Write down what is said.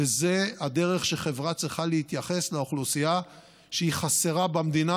וזו הדרך שחברה צריכה להתייחס לאוכלוסייה שהיא חסרה במדינה,